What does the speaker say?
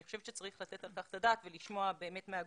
אני חושבת שצריך לתת על כך את הדעת ולשמוע באמת גם מהגורמים,